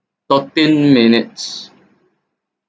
thirteen minutes